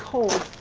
cold.